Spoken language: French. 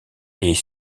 est